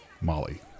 Molly